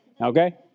okay